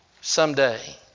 someday